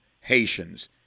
Haitians